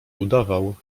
udawał